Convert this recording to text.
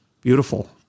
Beautiful